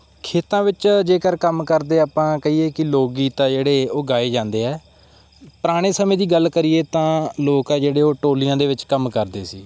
ਖੇਤਾਂ ਵਿੱਚ ਜੇਕਰ ਕੰਮ ਕਰਦੇ ਆਪਾਂ ਕਹੀਏ ਕਿ ਲੋਕ ਗੀਤ ਆ ਜਿਹੜੇ ਉਹ ਗਾਏ ਜਾਂਦੇ ਹੈ ਪੁਰਾਣੇ ਸਮੇਂ ਦੀ ਗੱਲ ਕਰੀਏ ਤਾਂ ਲੋਕ ਆ ਜਿਹੜੇ ਉਹ ਟੋਲੀਆਂ ਦੇ ਵਿੱਚ ਕੰਮ ਕਰਦੇ ਸੀ